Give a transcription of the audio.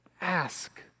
ask